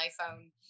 iPhone